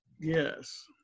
Yes